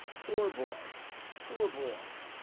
poor boy poor boy!